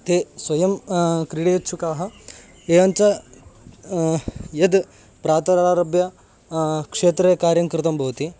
ते स्वयं क्रीडेच्छुकाः एवञ्च यद् प्रातरारभ्य क्षेत्रे कार्यं कृतं भवति